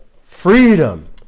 Freedom